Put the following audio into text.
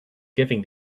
giving